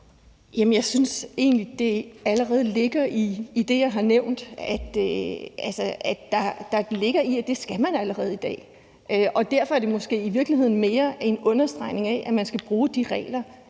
(V): Jeg synes egentlig, det allerede ligger i det, jeg har nævnt. Der ligger det i det, at det skal man allerede i dag. Derfor er det måske i virkeligheden mere en understregning af, at man skal bruge de regler,